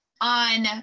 on